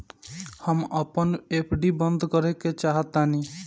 हम अपन एफ.डी बंद करेके चाहातानी